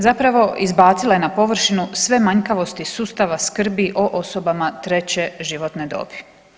Zapravo izbacila je na površinu sve manjkavosti sustava skrbi o osobama 3 životne dobi.